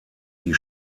die